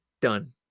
done